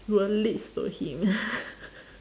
will leads to him